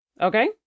Okay